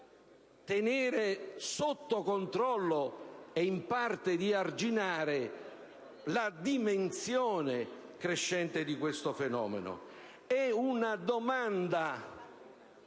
tenere sotto controllo e in parte di arginare la dimensione crescente di questo fenomeno. Ripeto, è una domanda